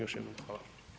Još jednom hvala.